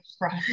right